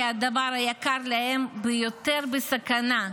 כי הדבר היקר להם ביותר בסכנה,